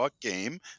game